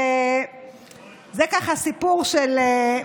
את הפעילות שלו?